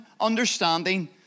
understanding